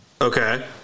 Okay